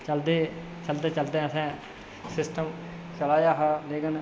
चलदे चलदे चलदे असें सिस्टम चला दा हा लेकिन